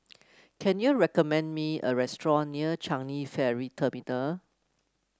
can you recommend me a restaurant near Changi Ferry Terminal